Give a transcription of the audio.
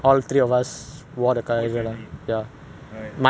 my father he won't really pray lah